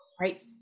right